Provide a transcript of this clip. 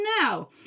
now